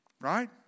Right